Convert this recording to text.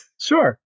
sure